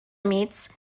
meets